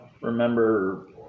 remember